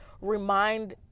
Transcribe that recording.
remind